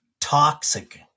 toxic